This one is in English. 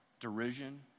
Derision